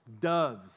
doves